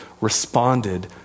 responded